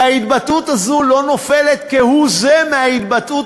וההתבטאות הזאת לא נופלת כהוא-זה מההתבטאות